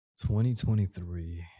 2023